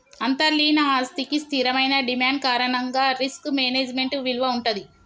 అంతర్లీన ఆస్తికి స్థిరమైన డిమాండ్ కారణంగా రిస్క్ మేనేజ్మెంట్ విలువ వుంటది